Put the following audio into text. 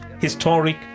historic